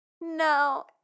no